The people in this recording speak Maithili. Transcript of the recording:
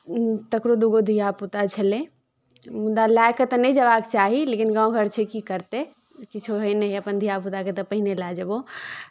तकरो दूगो धियापुता छलय मुदा लए कऽ तऽ नहि जयबाक चाही लेकिन गाँव घर छै की करतै किछो होय नहि होय अपन धियापुताकेँ तऽ पहिने लए जयबहु